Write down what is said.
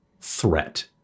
threat